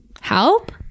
Help